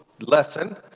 lesson